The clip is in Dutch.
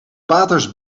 paters